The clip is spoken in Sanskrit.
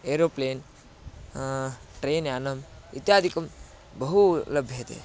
एरोप्लेन् ट्रैन् यानम् इत्यादिकं बहु लभ्यते